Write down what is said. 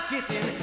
Kissing